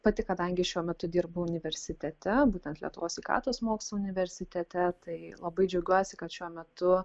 pati kadangi šiuo metu dirbu universitete būtent lietuvos sveikatos mokslų universitete tai labai džiaugiuosi kad šiuo metu